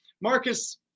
Marcus